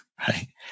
right